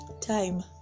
time